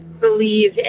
believe